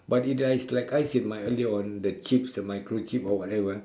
but it I it's like I said in my earlier on the chips the micro chips or whatever